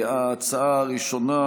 ההצעה הראשונה,